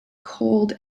cold